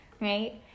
right